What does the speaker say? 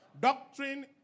Doctrine